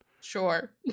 sure